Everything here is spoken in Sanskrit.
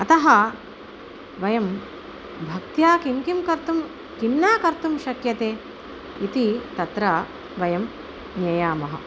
अतः वयं भक्त्या किं किं कर्तुं किं न कर्तुं शक्यते इति तत्र वयं ज्ञेयामः